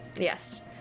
Yes